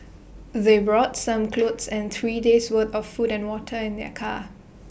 they brought some clothes and three days' worth of food and water in their car